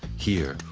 here,